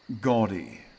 gaudy